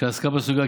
שעסקה בסוגיה.